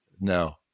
No